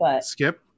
Skip